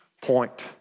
point